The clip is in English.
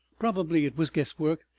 probably it was guesswork,